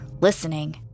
listening